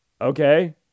Okay